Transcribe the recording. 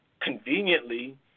conveniently